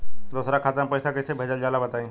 दोसरा खाता में पईसा कइसे भेजल जाला बताई?